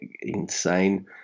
insane